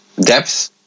depth